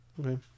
Okay